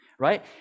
right